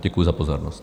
Děkuji za pozornost.